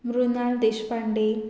Mrinal Deshpande